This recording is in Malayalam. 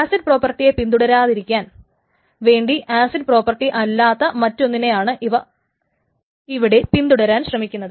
ആസിഡ് പ്രോപ്പർട്ടിയെ പിൻതുടരാതിരിക്കാൻ വേണ്ടി ആസിഡ് പ്രോപ്പർട്ടി അല്ലാത്ത മറ്റൊന്നിനെ പിൻതുടരാനാണ് ഇവിടെ ശ്രമിക്കുന്നത്